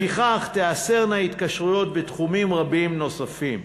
לפיכך תיאסרנה התקשרויות בתחומים רבים נוספים,